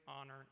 honor